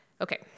Okay